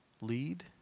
lead